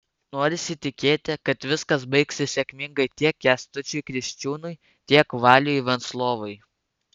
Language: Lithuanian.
norisi tikėti kad viskas baigsis sėkmingai tiek kęstučiui kriščiūnui tiek valiui venslovui